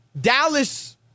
Dallas